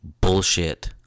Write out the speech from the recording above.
bullshit